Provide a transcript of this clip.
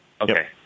okay